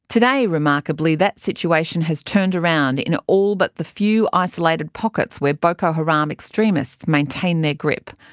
today remarkably that situation has turned around in all but the few isolated pockets where boko haram extremists maintain their group,